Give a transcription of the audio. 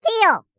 Deal